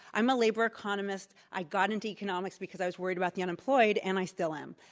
i'm a labor economist. i got into economics because i was worried about the unemployed, and i still am.